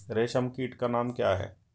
रेशम कीट का नाम क्या है?